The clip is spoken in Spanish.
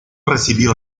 recibió